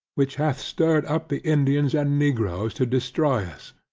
which hath stirred up the indians and negroes to destroy us,